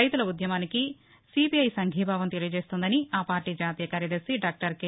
రైతుల ఉద్యమానికి సీపీఐ సంఘీభావం తెలియజేస్తోందని ఆ పార్టీ జాతీయ కార్యదర్శి డాక్టర్ కె